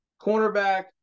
Cornerback